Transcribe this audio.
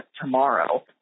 tomorrow